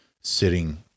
sitting